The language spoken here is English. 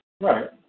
Right